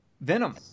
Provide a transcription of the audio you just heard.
venom